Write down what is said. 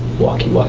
walky, walky.